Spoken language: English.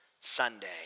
Sunday